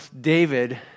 David